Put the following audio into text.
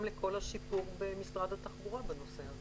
לכל השיפור במשרד התחבורה בנושא הזה.